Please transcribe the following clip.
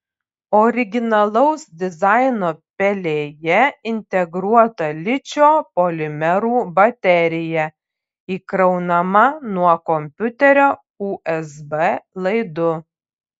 originalaus dizaino pelėje integruota ličio polimerų baterija įkraunama nuo kompiuterio usb laidu